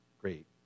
great